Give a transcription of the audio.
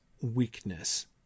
weakness